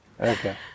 Okay